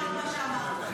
ויבוא.